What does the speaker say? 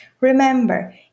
Remember